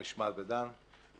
בהמשך למה שקרן אומרת, אנחנו